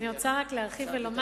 אני רוצה רק להרחיב ולומר,